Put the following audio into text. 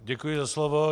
Děkuji za slovo.